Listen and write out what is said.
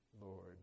Lord